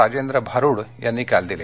राजेंद्र भारुड यांनी काल दिले